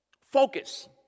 Focus